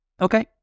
Okay